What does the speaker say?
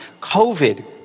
COVID